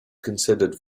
considered